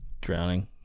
Drowning